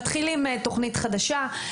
ומתחילים בתכנית חדשה.